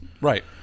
Right